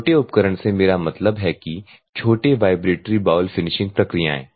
छोटे उपकरण से मेरा मतलब है कि छोटे वाइब्रेटरी बाउल फिनिशिंग प्रक्रियाएं